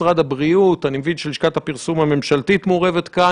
אנחנו מאמצים את היעד שמשרד הבריאות קבע.